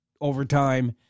overtime